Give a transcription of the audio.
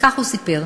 וכך הוא סיפר: